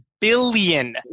billion